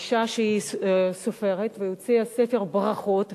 אשה שהיא סופרת, והיא הוציאה ספר ברכות.